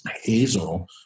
hazel